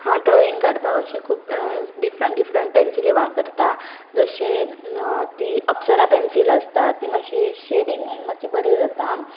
हांव ड्रॉइंग काडपाक अशें खूब डिफरंट डिफरंट पेन्सिले वापरता जशें ती अप्सरा पेन्सील आसता ती मातशी शेडींगेंक मातशी बरी जाता